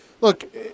look